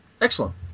Excellent